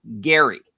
Gary